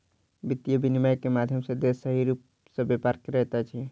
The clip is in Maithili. वित्तीय विनियम के माध्यम सॅ देश सही रूप सॅ व्यापार करैत अछि